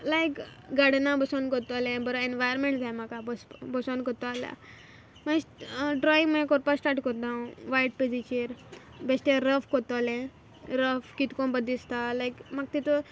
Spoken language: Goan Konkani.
लायक गार्डना बोसोन कोत्तोलें बोरो एनवायरमेंट जाय म्हाका बोसोन कोत्तो जाल्यार ड्रॉइंग कोरपा स्टार्ट कोत्ता हांव वायट पेजीचेर बेश्टें रफ कोत्तोलें रफ कितकोन बोर दिसता लायक म्हाक तितून